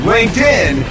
LinkedIn